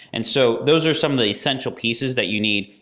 and so those are some of the essential pieces that you need.